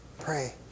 Pray